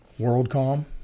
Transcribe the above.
WorldCom